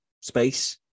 space